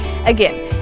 Again